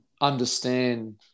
understand